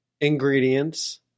ingredients